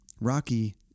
Rocky